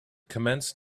commenced